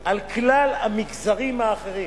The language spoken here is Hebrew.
על כלל המגזרים האחרים.